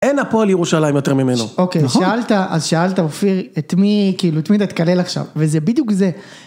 אין הפועל לירושלים יותר ממנו. אוקיי, שאלת, אז שאלת אופיר, את מי, כאילו, את מי אתה תקלל עכשיו? וזה בדיוק זה.